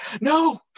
no